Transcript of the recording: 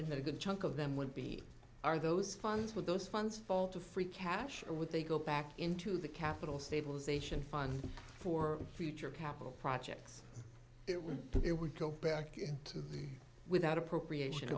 a good chunk of them would be are those funds with those funds fall to free cash or would they go back into the capital stabilization fund for future capital projects it would it would go back to the without appropriation